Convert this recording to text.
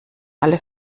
alle